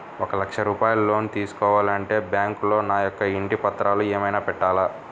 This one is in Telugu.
ఒక లక్ష రూపాయలు లోన్ తీసుకోవాలి అంటే బ్యాంకులో నా యొక్క ఇంటి పత్రాలు ఏమైనా పెట్టాలా?